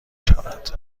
شود